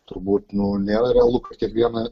turbūt nu nėra realu kad kiekvieną